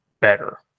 better